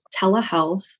telehealth